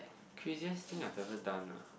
craziest thing I ever done ah